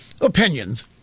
opinions